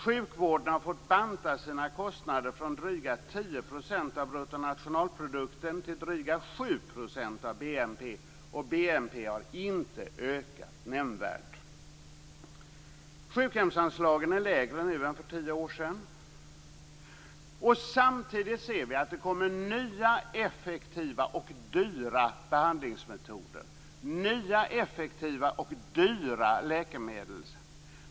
Sjukvården har fått banta sina kostnader från drygt 10 % till drygt 7 % av bruttonationalprodukten, och BNP har inte ökat nämnvärt. Sjukhemsanslagen är nu lägre än för tio år sedan. Samtidigt kommer det nya effektiva och dyra behandlingsmetoder och nya effektiva och dyra läkemedel.